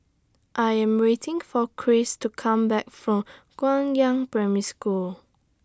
I Am waiting For Chris to Come Back from Guangyang Primary School